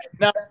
now